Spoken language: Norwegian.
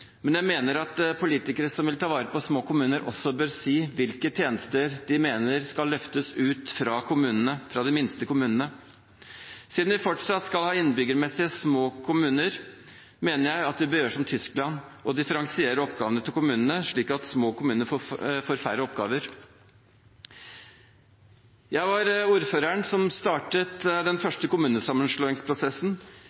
men jeg mener at politikere som vil ta vare på små kommuner, også bør si hvilke tjenester de mener skal løftes ut fra de minste kommunene. Siden vi fortsatt skal ha innbyggermessig små kommuner, mener jeg at vi bør gjøre som Tyskland og differensiere oppgavene til kommunene, slik at små kommuner får færre oppgaver. Jeg var ordføreren som startet den